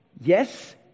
yes